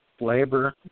labor